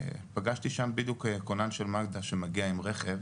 פגשתי שם בדיוק כונן של מד"א שמגיע עם רכב,